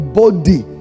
body